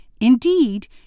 Indeed